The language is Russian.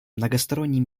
многосторонний